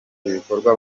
ibikorwa